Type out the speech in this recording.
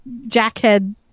jackhead